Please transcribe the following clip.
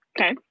Okay